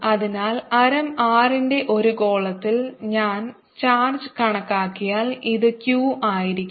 അതിനാൽ ആരം r ന്റെ ഒരു ഗോളത്തിൽ ഞാൻ ചാർജ് കണക്കാക്കിയാൽ ഇത് q ആയിരിക്കും